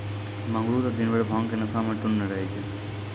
मंगरू त दिनभर भांग के नशा मॅ टुन्न रहै